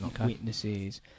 witnesses